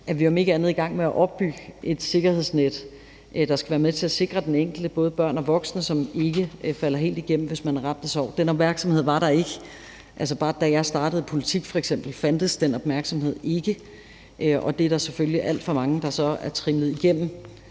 set om ikke andet er i gang med at opbygge et sikkerhedsnet, der skal være med til at sikre den enkelte, både børn og voksne, så man ikke falder helt igennem, hvis man er ramt af sorg. Den opmærksomhed var der ikke tidligere. Altså, bare da jeg f.eks. startede i politik, fandtes den opmærksomhed ikke, og der er der selvfølgelig alt for mange, der så er trimlet igennem